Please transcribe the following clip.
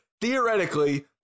theoretically